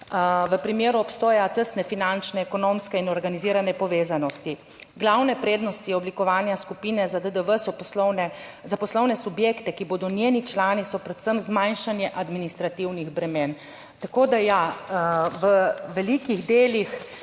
v primeru obstoja tesne finančne, ekonomske in organizirane povezanosti glavne prednosti oblikovanja skupine za DDV so poslovne, za poslovne subjekte, ki bodo njeni člani, so predvsem zmanjšanje administrativnih bremen, tako da ja v velikih delih